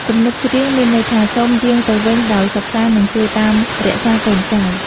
ទំនុកច្រៀងមានន័យថា សូមយាងទៅវិញដោយសុខសាន្ត និងជួយតាមរក្សាកូនចៅ។